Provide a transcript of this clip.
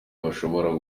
badashobora